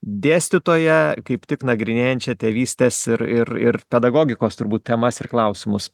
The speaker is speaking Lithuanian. dėstytoja kaip tik nagrinėjančia tėvystės ir ir ir pedagogikos turbūt temas ir klausimus